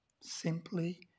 Simply